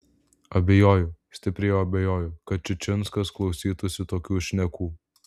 abejoju stipriai abejoju kad čičinskas klausytųsi tokių šnekų